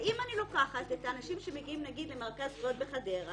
ואם אני לוקחת את האנשים שמגיעים נגיד למרכז זכויות בחדרה,